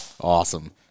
Awesome